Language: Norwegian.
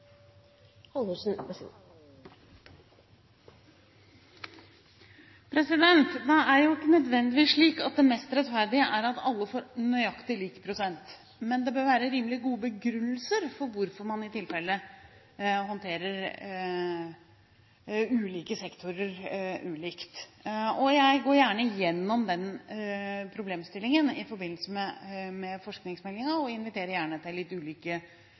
jo ikke nødvendigvis slik at det mest rettferdige er at alle får nøyaktig lik prosent. Men det bør være rimelig gode begrunnelser for hvorfor man i tilfelle håndterer ulike sektorer ulikt. Jeg går gjerne igjennom den problemstillingen i forbindelse med forskningsmeldingen og inviterer gjerne til litt ulike